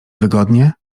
wygodnie